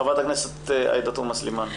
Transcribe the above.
ח"כ עאידה תומא סלימאן.